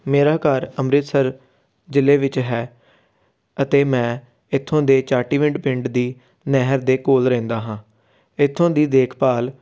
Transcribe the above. ਮੇਰਾ ਘਰ ਅੰਮ੍ਰਿਤਸਰ ਜ਼ਿਲ੍ਹੇ ਵਿੱਚ ਹੈ ਅਤੇ ਮੈਂ ਇੱਥੋਂ ਦੇ ਚਾਟੀਵਿੰਡ ਪਿੰਡ ਦੀ ਨਹਿਰ ਦੇ ਕੋਲ ਰਹਿੰਦਾ ਹਾਂ ਇਥੋਂ ਦੀ ਦੇਖਭਾਲ